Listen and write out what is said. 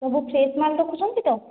ସବୁ ଫ୍ରେସ୍ ମାଲ୍ ରଖୁଛନ୍ତି ତ